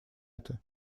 это